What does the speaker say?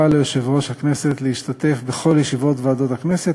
ליושב-ראש הכנסת להשתתף בכל ישיבות ועדות הכנסת,